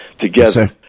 together